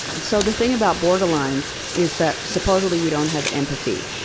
so the thing about borderlines is that supposedly we don't have empathy.